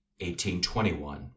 1821